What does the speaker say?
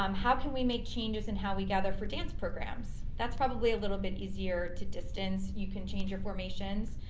um how can we make changes in how we gather for dance programs? that's probably a little bit easier to distance. you can change your formations,